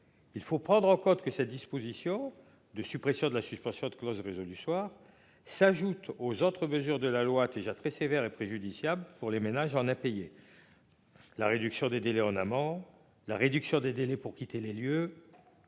Il faut prendre en compte que cette disposition de suppression de la suspension de clauses réseau du soir s'ajoute aux autres mesures de la loi, déjà très sévère et préjudiciable pour les ménages en a payé. La réduction des délais en amant la réduction des délais pour quitter les lieux.